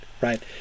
right